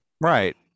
Right